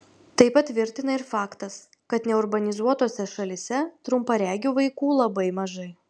tai patvirtina ir faktas kad neurbanizuotose šalyse trumparegių vaikų labai mažai